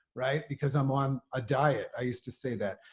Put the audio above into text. right. because i'm on a diet. i used to say that,